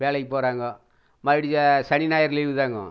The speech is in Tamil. வேலைக்கு போகிறாங்கோ மறுபடியும் சனி ஞாயிறு லீவுதாங்க